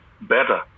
better